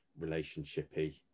relationshipy